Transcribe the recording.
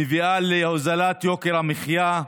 מביאה להורדת יוקר המחיה.